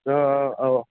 दा औ